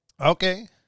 Okay